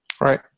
right